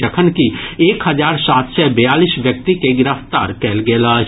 जखनकि एक हजार सात सय बेयालीस व्यक्ति के गिरफ्तार कयल गेल अछि